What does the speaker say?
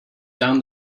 down